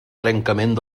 trencament